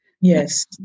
Yes